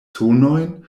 sonojn